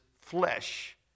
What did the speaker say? flesh